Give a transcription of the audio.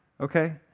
Okay